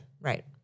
Right